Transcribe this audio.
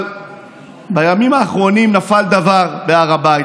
אבל בימים האחרונים נפל דבר בהר הבית.